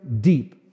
deep